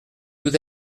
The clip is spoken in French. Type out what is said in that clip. tout